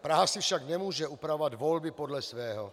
Praha si však nemůže upravovat volby podle svého.